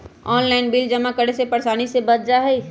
Online bill जमा करे से परेशानी से बच जाहई?